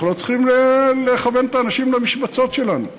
אנחנו לא צריכים לכוון את האנשים למשבצות שלנו.